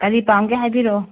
ꯀꯔꯤ ꯄꯥꯝꯒꯦ ꯍꯥꯏꯕꯤꯔꯛꯑꯣ